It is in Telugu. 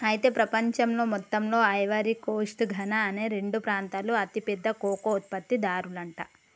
అయితే ప్రపంచంలో మొత్తంలో ఐవరీ కోస్ట్ ఘనా అనే రెండు ప్రాంతాలు అతి పెద్ద కోకో ఉత్పత్తి దారులంట